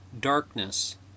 Darkness